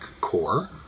CORE